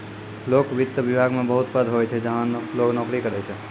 लोक वित्त विभाग मे बहुत पद होय छै जहां लोग नोकरी करै छै